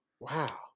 Wow